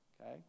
Okay